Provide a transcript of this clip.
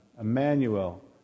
Emmanuel